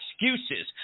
excuses